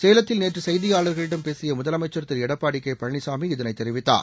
சேலத்தில் நேற்று கெய்தியாளர்களிடம் பேசிய முதலமைச்சர் திரு எடப்பாடி கே பழனிசாமி இதைத் தெரிவித்தார்